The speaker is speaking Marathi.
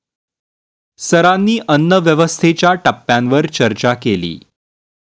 सरांनी अन्नव्यवस्थेच्या टप्प्यांवर चर्चा केली